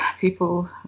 People